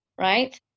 right